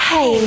Hey